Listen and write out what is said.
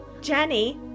Jenny